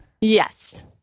Yes